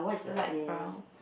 light brown